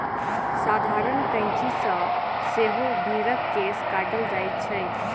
साधारण कैंची सॅ सेहो भेंड़क केश काटल जाइत छै